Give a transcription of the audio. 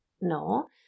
no